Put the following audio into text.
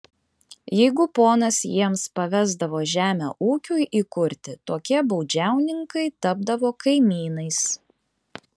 jeigu ponas jiems pavesdavo žemę ūkiui įkurti tokie baudžiauninkai tapdavo kaimynais